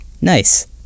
Nice